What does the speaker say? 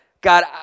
God